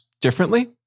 differently